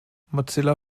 mozilla